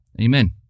amen